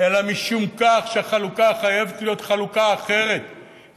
אלא משום כך שהחלוקה חייבת להיות חלוקה אחרת,